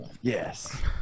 Yes